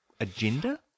agenda